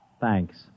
Thanks